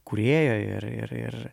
kūrėjo ir ir ir